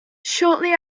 shortly